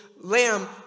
lamb